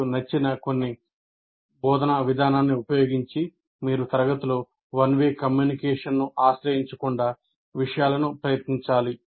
మీకు నచ్చిన కొన్ని బోధనా విధానాన్ని ఉపయోగించి మీరు తరగతిలో వన్ వే కమ్యూనికేషన్ను ఆశ్రయించకుండా విషయాలను ప్రయత్నించాలి